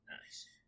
Nice